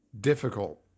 difficult